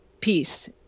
peace